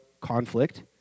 conflict